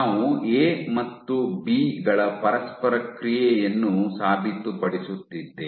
ನಾವು ಎ ಮತ್ತು ಬಿ ಗಳ ಪರಸ್ಪರ ಕ್ರಿಯೆಯನ್ನು ಸಾಬೀತುಪಡಿಸುತ್ತಿದ್ದೇವೆ